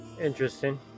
Interesting